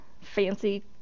fancy